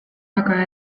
aga